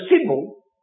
symbol